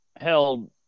held